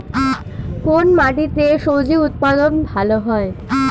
কোন মাটিতে স্বজি উৎপাদন ভালো হয়?